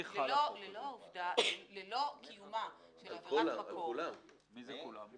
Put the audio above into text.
ללא קיומה של עבירת מקור --- על מי חל החוק הזה?